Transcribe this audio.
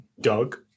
Doug